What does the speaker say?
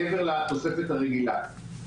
מעבר לתוספת הרגילה.